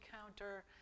counter